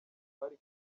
bari